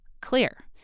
clear